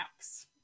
apps